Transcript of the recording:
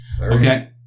Okay